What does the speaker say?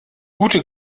gute